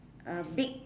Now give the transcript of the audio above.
uh big